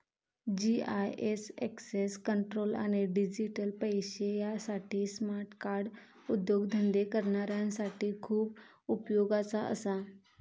GIS access control आणि digital पैशे यासाठी स्मार्ट कार्ड उद्योगधंदे करणाऱ्यांसाठी खूप उपयोगाचा असा